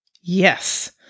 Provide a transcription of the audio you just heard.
Yes